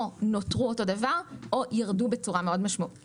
נותרו אותו דבר או ירדו בצורה מאוד משמעותית.